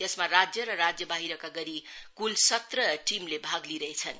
यसमा राज्य र राज्य बाहिरका गरी क्ल सत्रह टीमले भाग लिइरहेछन्